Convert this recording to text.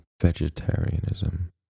vegetarianism